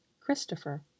Christopher